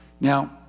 Now